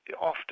often